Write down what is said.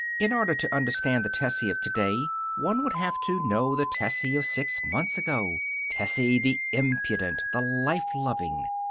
in order to understand the tessie of today one would have to know the tessie of six months ago tessie the impudent, the life-loving.